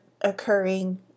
occurring